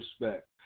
respect